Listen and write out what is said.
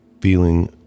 feeling